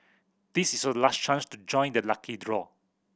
this is your last chance to join the lucky draw